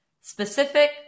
specific